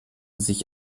sich